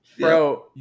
bro